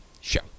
show